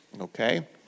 okay